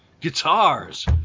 Guitars